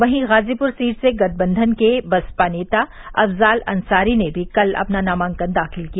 वहीं गाजीपुर सीट से गठबंधन से बसपा नेता अफजाल अंसारी ने भी कल अपना नामांकन दाखिल किया